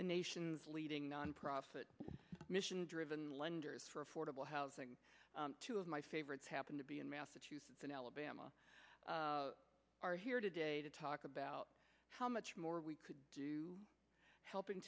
the nation's leading nonprofit mission driven lenders for affordable housing two of my favorites happen to be in massachusetts and alabama are here today to talk about how much more we could do helping